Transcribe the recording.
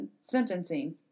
sentencing